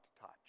touch